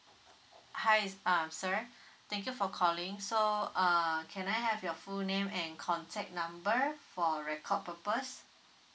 hi uh sir thank you for calling so uh can I have your full name and contact number for record purpose